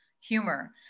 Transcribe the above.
humor